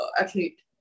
athlete